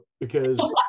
because-